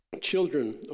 Children